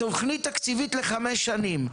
תוכנית תקציבית לחמש שנים.